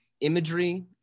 imagery